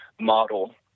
model